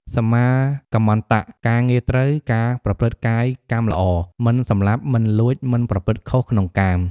សម្មាកម្មន្តៈ ការងារត្រូវ ការប្រព្រឹត្តកាយកម្មល្អ មិនសម្លាប់ មិនលួច មិនប្រព្រឹត្តខុសក្នុងកាម។